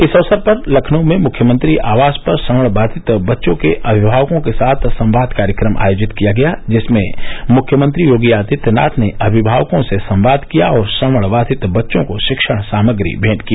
इस अवसर पर लखनऊ में मुख्यमंत्री आवास पर श्रवणबाधित बच्चों के अभिभावकों के साथ संवाद कार्यक्रम आयोजित किया गया जिसमें मुख्यमंत्री योगी आदित्यनाथ ने अभिभावकों से संवाद किया और श्रवणबाधित बच्चों को शिक्षण सामग्री भेंट की